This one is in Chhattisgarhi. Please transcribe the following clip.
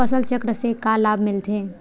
फसल चक्र से का लाभ मिलथे?